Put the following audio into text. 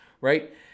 right